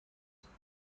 توانم